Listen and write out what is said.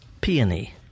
peony